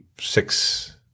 six